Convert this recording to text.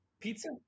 pizza